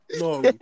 no